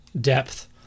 depth